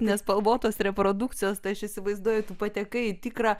nespalvotos reprodukcijos tai aš įsivaizduoju tu patekai į tikrą